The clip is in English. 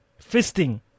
Fisting